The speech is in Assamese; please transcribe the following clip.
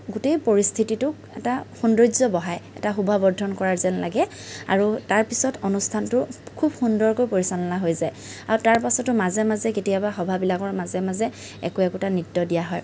গোটেই পৰিস্থিতিটোক এটা সৌন্দৰ্য্য বঢ়াই এটা শোভাবৰ্দ্ধন কৰা যেন লাগে আৰু তাৰপিছত অনুষ্ঠানটো খুব সুন্দৰকৈ পৰিচালনা হৈ যায় আৰু তাৰপাছতো মাজে মাজে কেতিয়াবা সভাবিলাকৰ মাজে মাজে একো একোটা নৃত্য দিয়া হয়